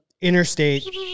interstate